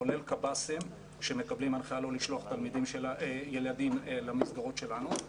כולל קפ"סים שמקבלים הנחייה לא לשלוח ילדים למסגרות שלנו.